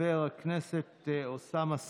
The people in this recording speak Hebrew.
חבר הכנסת אוסאמה סעדי,